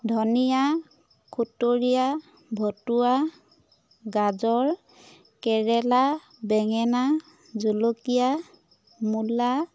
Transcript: ধনিয়া খুতৰীয়া ভটুৱা গাজৰ কেৰেলা বেঙেনা জলকীয়া মূলা